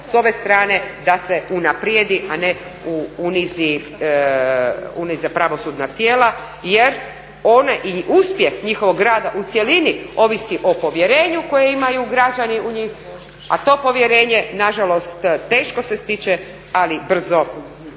s ove strane da se unaprijedi, a ne unize pravosudna tijela jer onaj i uspjeh njihova rada u cjelini ovisi o povjerenju koje imaju građani u njih, a to povjerenje nažalost teško se stiče, ali brzo nestaje.